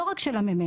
לא רק של המ.מ.מ.